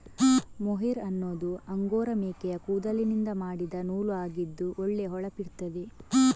mohair ಅನ್ನುದು Angora ಮೇಕೆಯ ಕೂದಲಿನಿಂದ ಮಾಡಿದ ನೂಲು ಆಗಿದ್ದು ಒಳ್ಳೆ ಹೊಳಪಿರ್ತದೆ